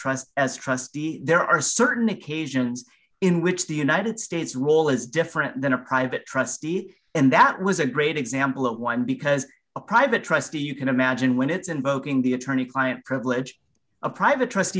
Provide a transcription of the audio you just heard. trust as trustee there are certain occasions in which the united states role is different than a private trustee and that was a great example of one because a private trustee you can imagine when it's invoking the attorney client privilege of private trust